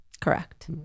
Correct